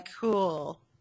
cool